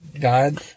God